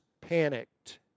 panicked